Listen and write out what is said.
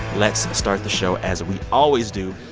let's start the show as we always do.